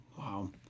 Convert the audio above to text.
Wow